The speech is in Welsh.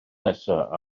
nesaf